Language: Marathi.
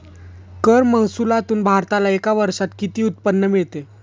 कर महसुलातून भारताला एका वर्षात किती उत्पन्न मिळते?